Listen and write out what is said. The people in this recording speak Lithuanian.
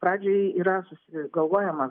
pradžiai yra susigalvojama